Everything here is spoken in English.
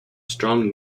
strong